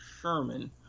Sherman